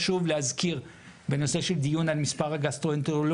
חשוב להזכיר בנושא של דיון על מספר הגסטרואנטרולוגים,